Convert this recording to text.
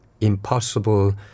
impossible